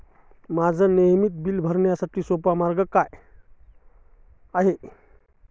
माझी नित्याची बिले भरण्यासाठी सोपा मार्ग काय आहे?